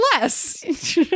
less